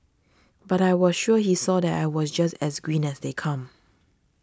but I was sure he saw that I was just as green as they come